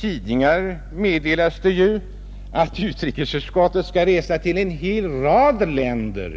tidningar meddelas det ju att utrikesutskottet skall resa till en hel rad länder.